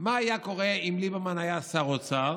מה היה קורה אם ליברמן היה שר אוצר